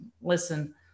listen